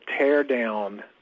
teardown